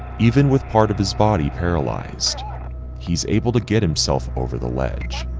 even with part of his body paralyzed he's able to get himself over the ledge.